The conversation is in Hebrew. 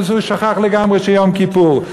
הוא שכח לגמרי שיום כיפור.